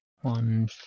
One